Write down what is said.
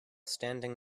standing